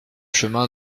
chemin